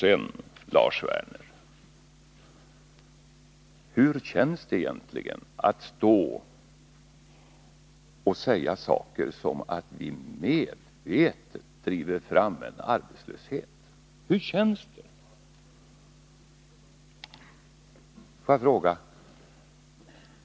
Sedan till Lars Werner: Hur känns det egentligen att stå och säga att vi medvetet driver fram en arbetslöshet?